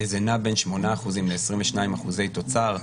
זה נע בין 8% ל-22% תוצר.